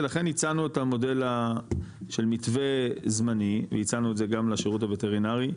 ולכן הצענו את המודל של מתווה זמני והצענו את זה גם לשירות הווטרינרי,